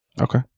Okay